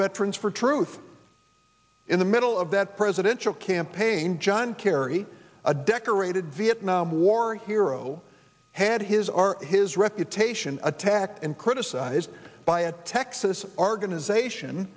veterans for truth in the middle of that presidential campaign john kerry a decorated vietnam war hero had his our his reputation attacked and criticized by a texas argan